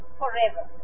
forever